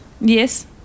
Yes